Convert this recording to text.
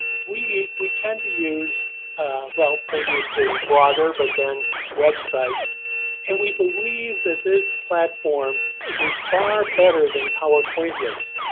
we we tend to use well previously bloggers but then websites and we believe that this platform is far better than powerpoint lists.